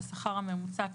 המעודכן -- אגב,